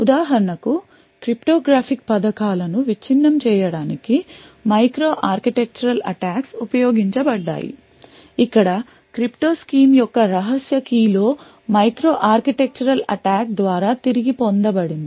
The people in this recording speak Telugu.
ఉదాహరణకు క్రిప్టోగ్రాఫిక్ పథకాలను విచ్ఛిన్నం చేయడానికి మైక్రో ఆర్కిటెక్చరల్ అటాక్స్ ఉపయోగించబడ్డాయి ఇక్కడ క్రిప్టో స్కీమ్ యొక్క రహస్య key లో మైక్రో ఆర్కిటెక్చరల్ అటాక్ ద్వారా తిరిగి పొందబడింది